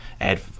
add